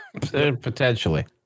Potentially